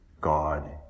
God